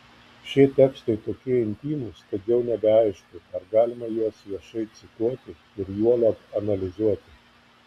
šie tekstai tokie intymūs kad jau nebeaišku ar galima juos viešai cituoti ir juolab analizuoti